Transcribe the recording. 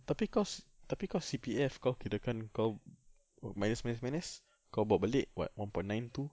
tapi cause tapi cause C_P_F kau kirakan kau minus minus minus kau bawa balik what one point nine two